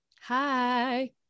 Hi